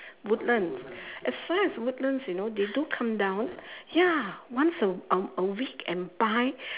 woodlands as far as woodlands you know they do come down ya once a a a week and buy